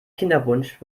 kinderwunsch